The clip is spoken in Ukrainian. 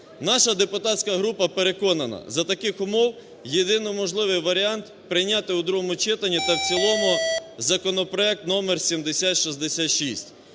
Наша депутатська група переконана, за таких умов єдино можливий варіант – прийняти у другому читанні та в цілому законопроект номер 7066